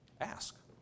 Ask